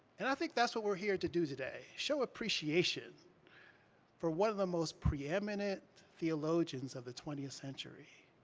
and i think that's what we're here to do today, show appreciation for one of the most preeminent theologians of the twentieth century.